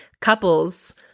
couples